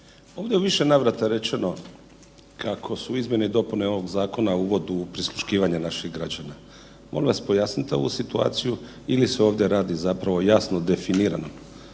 ovdje je u više navrata rečeno kako su izmjene i dopune ovog zakona uvod u prisluškivanje naših građana. Molim vas pojasnite ovu situaciju ili se ovdje radi zapravo jasno definirano